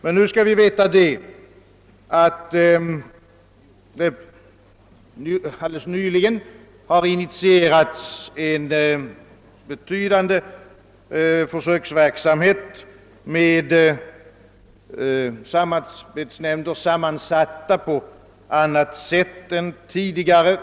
Jag vill emellertid påpeka att det alldeles nyligen har initierats en betydande försöksverksamhet med en annan sammansättning av samarbetsnämnderna än tidigare.